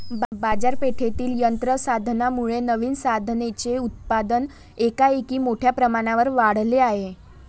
बाजारपेठेतील यंत्र साधनांमुळे नवीन साधनांचे उत्पादन एकाएकी मोठ्या प्रमाणावर वाढले आहे